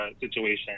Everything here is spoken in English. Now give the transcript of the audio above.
situation